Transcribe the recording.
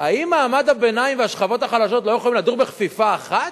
האם מעמד הביניים והשכבות החלשות לא יכולים לדור בכפיפה אחת?